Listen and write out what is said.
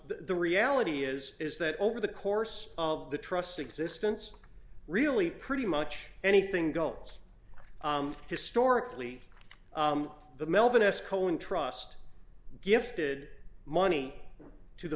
the reality is is that over the course of the trust existence really pretty much anything goes historically the melvin s cohen trust gifted money to the